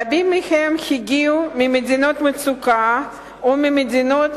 רבים מהם הגיעו ממדינות מצוקה, או ממדינות